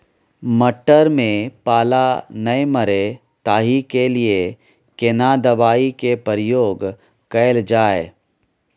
मटर में पाला नैय मरे ताहि के लिए केना दवाई के प्रयोग कैल जाए?